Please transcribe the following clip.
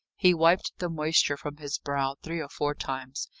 he wiped the moisture from his brow three or four times,